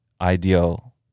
ideal